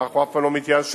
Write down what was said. אנחנו אף פעם לא מתייאשים,